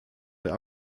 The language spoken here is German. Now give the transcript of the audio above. der